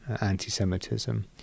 anti-Semitism